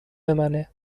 منه